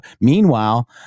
Meanwhile